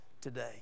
today